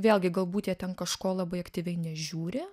vėlgi galbūt jie ten kažko labai aktyviai nežiūri